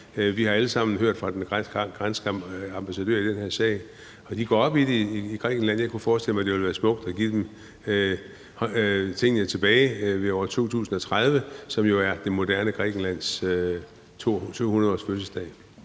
Vi har alle sammen hørt fra den græske ambassadør i den her sag, og de går op i det i Grækenland. Jeg kunne forestille mig, at det ville være smukt at give dem tingene tilbage i 2030, som jo er det moderne Grækenlands 200-årsfødselsdag.